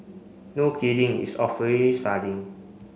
no kidding it's starting